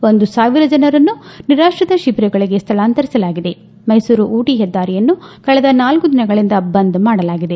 ಒಂದು ಸಾವಿರ ಜನರನ್ನು ನಿರಾತ್ರಿತ ತಿಬಿರಗಳಿಗೆ ಸ್ವಳಾಂತರಿಸಲಾಗಿದೆ ಮೈಸೂರು ಊಟಿ ಹೆದ್ದಾರಿಯನ್ನು ಕಳೆದ ನಾಲ್ಲು ದಿನಗಳಂದ ಬಂದ್ ಮಾಡಲಾಗಿದೆ